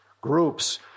groups